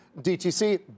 DTC